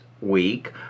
week